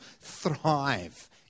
thrive